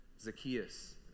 Zacchaeus